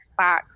Xbox